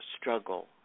struggle